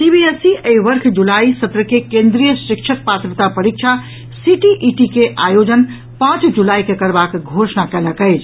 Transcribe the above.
CBSE एहि वर्ष जुलाई सत्र के केन्द्रीय शिक्षक पात्रता परीक्षा सीटीईटी के आयोजन पांच जुलाई के करबाक घोषणा कयलक अछि